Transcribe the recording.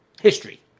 history